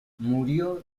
murió